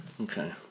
Okay